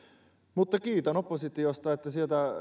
mutta kiitän oppositiota että sieltä